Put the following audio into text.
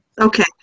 okay